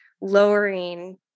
lowering